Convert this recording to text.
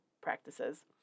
practices